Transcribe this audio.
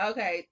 Okay